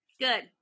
good